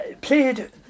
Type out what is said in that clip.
played